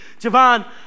Javon